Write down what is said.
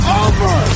over